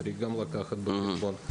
צריך לקחת בחשבון גם את זה.